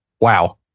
wow